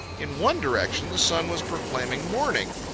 in one direction the sun was proclaiming morning,